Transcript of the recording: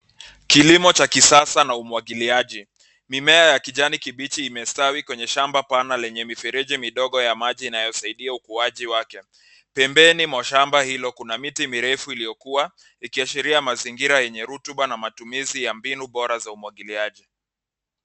Kilimo cha kisasa na umwagiliaji. Mimea ya kijani kibichi imestawi kwenye shamba pana lenye mifereji midogo ya maji inayosaidia ukuaji wake. Pembeni mwa shamba hilo kuna miti mirefu iliyokua ikiashiria mazingira yenye rotuba na matumizi ya mbinu bora za umwagiliaji.